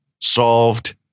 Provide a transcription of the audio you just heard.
solved